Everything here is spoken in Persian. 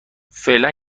فعلا